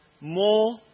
more